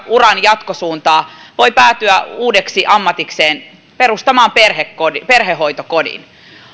uran jatkosuuntaa voi päätyä uudeksi ammatikseen perustamaan perhehoitokodin perhehoitokodin